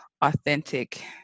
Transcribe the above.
authentic